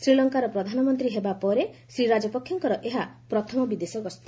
ଶ୍ରୀଲଙ୍କାର ପ୍ରଧାନମନ୍ତ୍ରୀ ହେବା ପରେ ଶ୍ରୀ ରାଜପକ୍ଷେଙ୍କର ଏହା ପ୍ରଥମ ବିଦେଶ ଗସ୍ତ